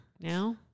now